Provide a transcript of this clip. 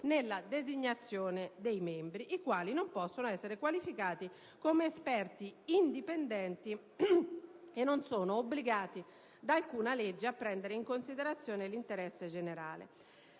nella designazione dei membri, i quali non possono essere qualificati come esperti indipendenti e non sono obbligati da alcuna legge a prendere in considerazione (...) l'interesse generale».